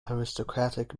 aristocratic